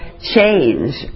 change